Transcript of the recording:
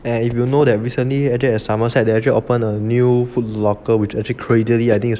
and if you will know that recently at somerset they actually opened a new Foot Locker which actually crazily I think it's